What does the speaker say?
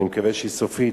ואני מקווה שסופית,